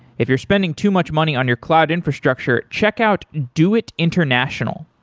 if you're spending too much money on your cloud infrastructure, check out doit international.